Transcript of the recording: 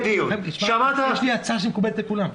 יש לי הצעה שמקובלת על כולם.